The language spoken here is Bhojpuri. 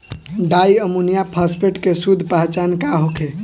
डाई अमोनियम फास्फेट के शुद्ध पहचान का होखे?